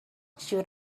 should